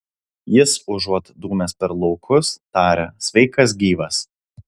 jis užuot dūmęs per laukus taria sveikas gyvas